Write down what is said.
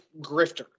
grifter